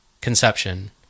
conception